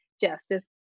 Justice